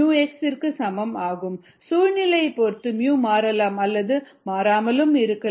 𝑟𝑥 𝜇 𝑥 சூழ்நிலையைப் பொறுத்து மாறலாம் அல்லது மாறாமலும் இருக்கலாம்